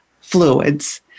fluids